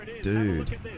dude